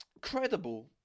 credible